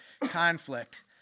conflict